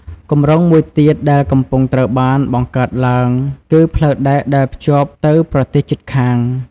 គម្រោងមួយទៀតដែលកំពុងត្រូវបានបង្កើតឡើងគឺផ្លូវដែកដែលភ្ជាប់ទៅប្រទេសជិតខាង។